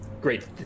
great